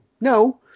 no